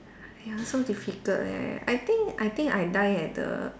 ya so difficult leh I think I think I die at the